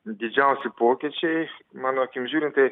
didžiausi pokyčiai mano akim žiūrint tai